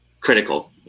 critical